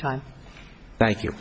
time thank you